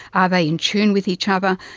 are they in tune with each other,